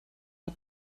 hat